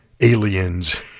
aliens